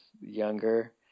younger